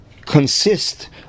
consist